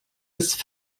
ist